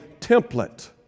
template